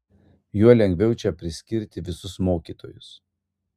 juo lengviau čia priskirti visus mokytojus